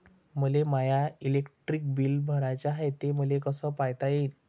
मले my electric bill भराचं हाय, ते मले कस पायता येईन?